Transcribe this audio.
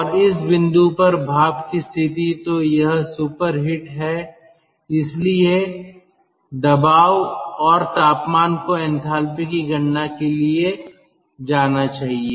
और इस बिंदु पर भाप की स्थिति तो यह सुपरहिट है इसलिए दबाव और तापमान को एंथैल्पी की गणना के लिए जाना चाहिए